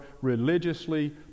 religiously